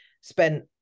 spent